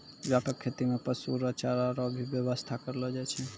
व्यापक खेती मे पशु रो चारा रो भी व्याबस्था करलो जाय छै